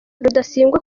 rudasingwa